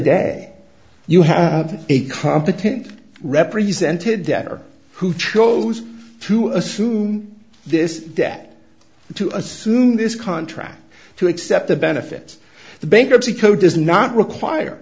day you have a competent represented debtor who chose to assume this debt to assume this contract to accept the benefits the bankruptcy code does not require